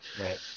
right